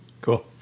Cool